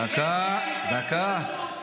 דקה, דקה.